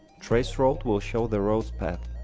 traceroute will show the routes path